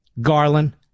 Garland